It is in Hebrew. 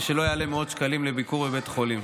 ושלא יעלה מאות שקלים ביקור בבית חולים.